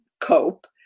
cope